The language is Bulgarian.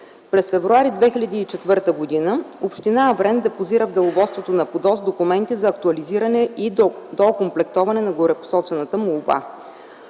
През февруари 2004 г. община Аврен депозира в деловодството на ПУДООС документи за актуализиране и доокомплектоване на горепосочената молба.